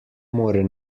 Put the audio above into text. more